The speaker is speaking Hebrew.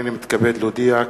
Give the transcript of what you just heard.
הנני מתכבד להודיע,